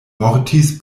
mortis